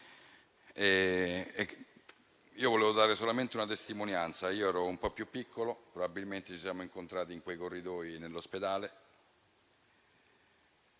solamente offrire una testimonianza: ero un po' più piccolo, probabilmente ci siamo incontrati in quei corridoi nell'ospedale.